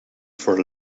for